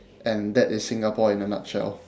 and that is singapore in a nutshell